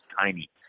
tiny